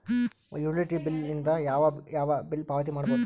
Utility bill ದಿಂದ ಯಾವ ಯಾವ ಬಿಲ್ ಪಾವತಿ ಮಾಡಬಹುದು?